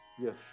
Yes